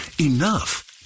Enough